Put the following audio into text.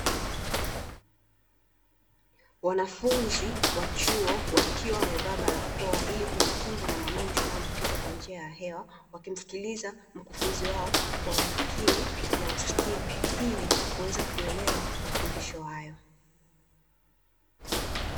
Wanafunzi wa chuo wakiwa wamevaa barakoa ili kujikinga na magonjwa yanayoambukizwa kwa njia ya hewa, wakimsikiliza mkufunzi wao kwa umakini na usikivu ili kuweza kuelewa mafundisho hayo.